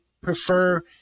prefer